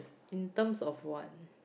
in terms of what